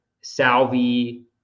salvi